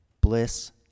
Bliss